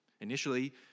Initially